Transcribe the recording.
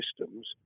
systems